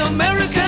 America